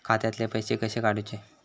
खात्यातले पैसे कसे काडूचे?